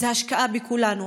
זאת השקעה בכולנו.